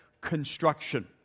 construction